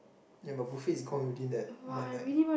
ya but buffet is gone within that one night